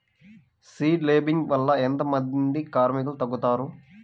Seed లేంబింగ్ వల్ల ఎంత మంది కార్మికులు తగ్గుతారు?